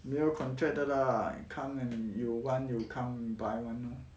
没有 contract 的啦 come and you want you come buy [one] loh